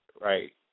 right